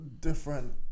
Different